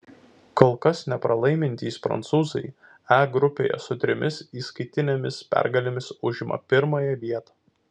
kol kas nepralaimintys prancūzai e grupėje su trimis įskaitinėmis pergalėmis užima pirmąją vietą